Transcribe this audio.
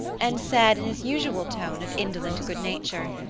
and said, in his usual tone of indolent good nature,